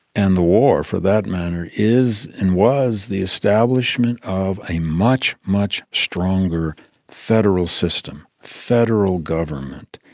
and the war, for that matter, is and was the establishment of a much, much stronger federal system, federal government,